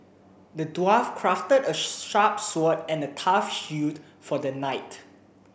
the dwarf crafted a sharp sword and a tough for the knight